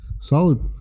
Solid